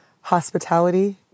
hospitality